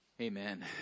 Amen